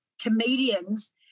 comedians